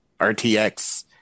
rtx